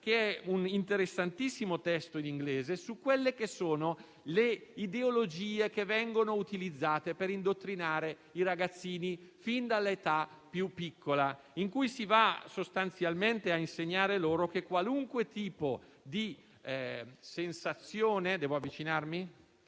che è un interessantissimo testo in inglese sulle ideologie che vengono utilizzate per indottrinare i ragazzini, fin dall'età più piccola, in cui si va sostanzialmente a insegnare che qualunque tipo di sensazione